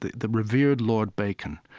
the the revered lord bacon,